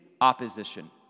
opposition